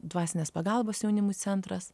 dvasinės pagalbos jaunimų centras